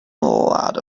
lot